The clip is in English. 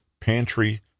pantry